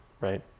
right